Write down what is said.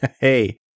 Hey